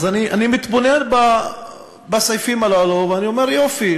אני מתבונן בסעיפים הללו ואני אומר: יופי,